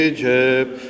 Egypt